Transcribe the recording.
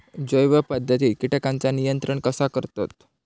जैव पध्दतीत किटकांचा नियंत्रण कसा करतत?